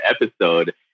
episode